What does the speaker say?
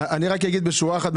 רק אגיד בשורה אחת,